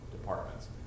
departments